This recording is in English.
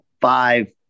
five